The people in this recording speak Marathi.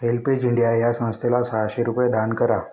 हेल्पेज इंडिया ह्या संस्थेला सहाशे रुपये दान करा